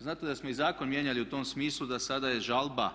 Znate da smo i zakon mijenjali u tom smislu da sada je žalba